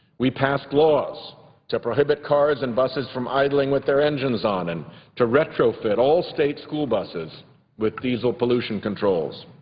we passed laws to prohibit cars and buses from idling with their engines on and to retrofit all state school buss with diesel pollution controls.